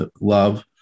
love